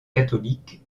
catholique